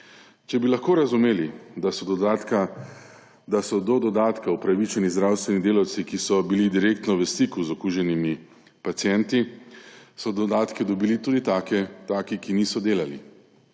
Če bi lahko razumeli, da so do dodatka upravičeni zdravstveni delavci, ki so bili direktno v stiku z okuženimi pacienti, so dodatke dobili tudi taki, ki niso delali.